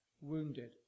wounded